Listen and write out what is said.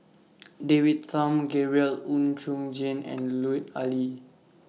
David Tham Gabriel Oon Chong Jin and Lut Ali